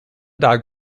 dog